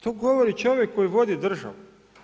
To govori čovjek koji vodi državu.